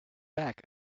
back